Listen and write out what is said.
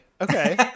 Okay